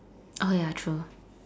oh ya true